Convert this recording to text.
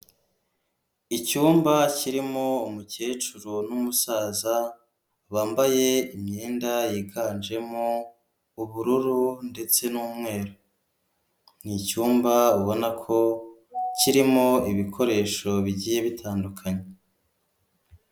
Icyumba kirimo umukecuru n'umusaza bambaye imyenda yiganjemo ubururu ndetse n'umweru ni icyumba ubona ko kirimo ibikoresho bigiye bitandukanye.